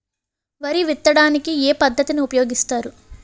వరి విత్తడానికి ఏ పద్ధతిని ఉపయోగిస్తారు?